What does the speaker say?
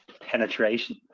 penetration